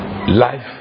Life